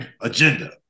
agenda